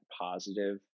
positive